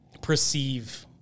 perceive